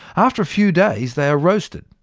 after a few days, they are roasted,